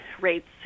rates